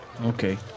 Okay